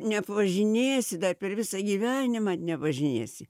neapvažinėsi dar per visą gyvenimą neapvažinėsi